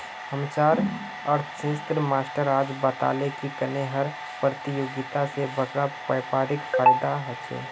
हम्चार अर्थ्शाश्त्रेर मास्टर आज बताले की कन्नेह कर परतियोगिता से बड़का व्यापारीक फायेदा होचे